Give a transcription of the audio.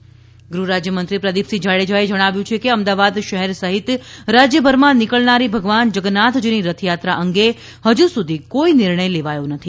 રથયાત્રા ગુહરાજ્યમંત્રી પ્રદીપસિંહ જાડેજાએ જણાવ્યું છે કે અમદાવાદ શહેર સહિત રાજ્યભરમાં નિકળનારી ભગવાન જગન્નાથજીની રથયાત્રા અંગે હજુ સુધી કોઇ નિર્ણય લેવાયો નથી